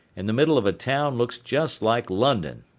in the middle of a town looks just like london.